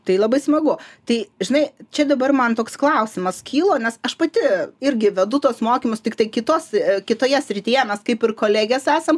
tai labai smagu tai žinai čia dabar man toks klausimas kyla nes aš pati irgi vedu tuos mokymus tiktai kitos kitoje srityje mes kaip ir kolegės esam